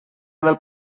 del